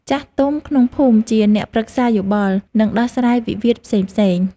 ចាស់ទុំក្នុងភូមិជាអ្នកប្រឹក្សាយោបល់ និងដោះស្រាយវិវាទផ្សេងៗ។